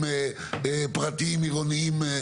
אם הם לא יקבלו קרקעות מרמ"י שום דבר לא